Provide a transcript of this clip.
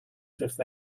fifth